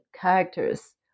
characters